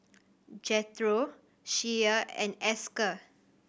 Jethro Shea and Esker